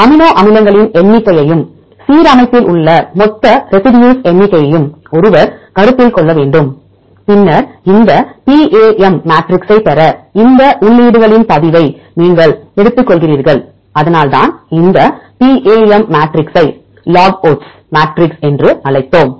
amino அமிலங்களின் எண்ணிக்கையையும் சீரமைப்பில் உள்ள மொத்த எச்சங்களின் எண்ணிக்கையையும் ஒருவர் கருத்தில் கொள்ள வேண்டும் பின்னர் இந்த பிஏஎம் மேட்ரிக்ஸைப் பெற இந்த உள்ளீடுகளின் பதிவை நீங்கள் எடுத்துக்கொள்கிறீர்கள் அதனால்தான் இந்த பிஏஎம் மேட்ரிக்ஸை லாக் ஒட்ஸ் மேட்ரிக்ஸ் என்றும் அழைத்தோம்